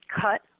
cut